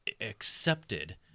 accepted